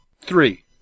three